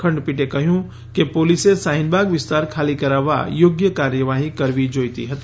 ખંડપીઠે કહ્યું કે પોલીસે શાહીનબાગ વિસ્તાર ખાલી કરાવવા યોગ્ય કાર્યવાહી કરવી જોઇતી હતી